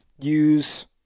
Use